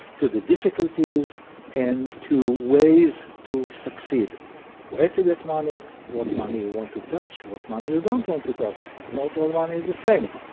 to the difficulties and to ways to succeed where to get money, what money you want to touch, what money you don't want to touch. not all money is the same.